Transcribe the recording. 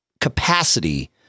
capacity